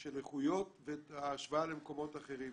של איכויות ואת ההשוואה למקומות אחרים.